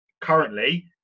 currently